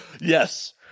Yes